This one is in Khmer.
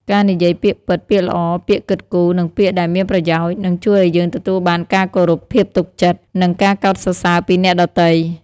ការនិយាយពាក្យពិត ពាក្យល្អ ពាក្យគិតគូរ និងពាក្យដែលមានប្រយោជន៍ នឹងជួយឱ្យយើងទទួលបានការគោរព ភាពទុកចិត្ត និងការកោតសរសើរពីអ្នកដទៃ។